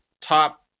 top